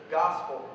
gospel